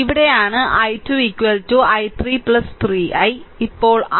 ഇപ്പോൾ r i4 I